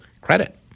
Credit